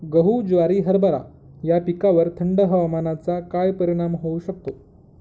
गहू, ज्वारी, हरभरा या पिकांवर थंड हवामानाचा काय परिणाम होऊ शकतो?